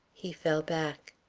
he fell back.